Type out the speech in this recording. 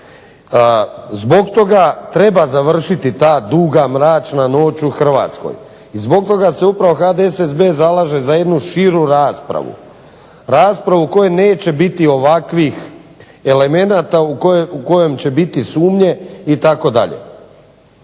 Zbog toga treba završiti ta duga mračna noć u Hrvatskoj, zbog toga se HDSSB zalaže za jednu širu raspravu. Raspravu u kojoj neće biti ovakvih elemenata u kojem će biti sumnje itd.